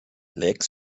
lecks